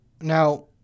Now